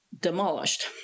demolished